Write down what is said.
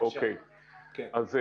אני חושב